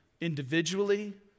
individually